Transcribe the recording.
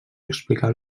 explicar